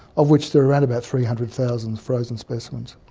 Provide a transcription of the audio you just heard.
of which there are around about three hundred thousand frozen specimens.